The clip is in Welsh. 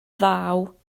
ddaw